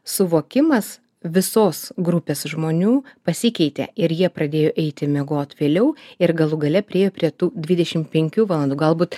suvokimas visos grupės žmonių pasikeitė ir jie pradėjo eiti miegot vėliau ir galų gale priėjo prie tų dvidešimt penkių valandų galbūt